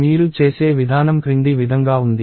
మీరు చేసే విధానం క్రింది విధంగా ఉంది